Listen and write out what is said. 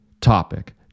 topic